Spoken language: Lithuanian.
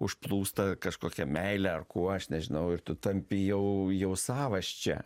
užplūsta kažkokia meile ar kuo aš nežinau ir tu tampi jau jau savas čia